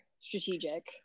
strategic